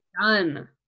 done